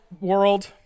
world